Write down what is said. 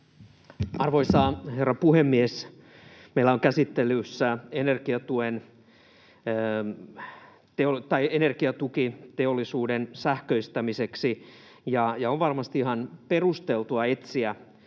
Arvoisa herra puhemies! Meillä on käsittelyssä energiatuki teollisuuden sähköistämiseksi, ja on varmasti ihan perusteltua etsiä